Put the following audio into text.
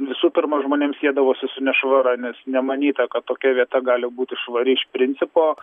visų pirma žmonėms siedavosi su nešvara nes nemanyta kad tokia vieta gali būti švari iš principo